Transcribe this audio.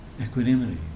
equanimity